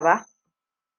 ba